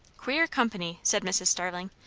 queer company! said mrs. starling,